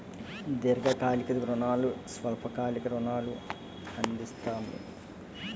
దీర్ఘకాలిక రుణాలు స్వల్ప కాలిక రుణాలు అందిస్తాయి